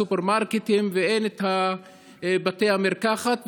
סופרמרקטים ואין בתי מרקחת,